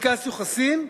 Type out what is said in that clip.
פנקס יוחסין?